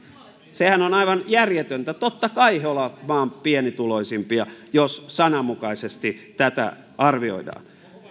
sehän on aivan järjetöntä totta kai he ovat maan pienituloisimpia jos sananmukaisesti tätä arvioidaan